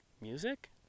music